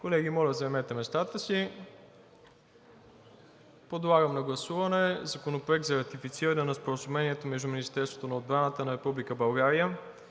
Колеги, моля, заемете местата си. Подлагам на гласуване Законопроекта за ратифициране на Споразумението между Министерството на отбраната на Република